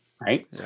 right